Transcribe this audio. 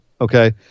okay